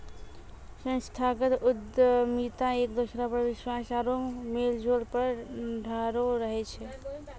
संस्थागत उद्यमिता एक दोसरा पर विश्वास आरु मेलजोल पर ठाढ़ो रहै छै